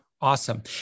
Awesome